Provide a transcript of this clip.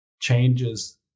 changes